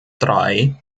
drei